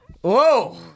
whoa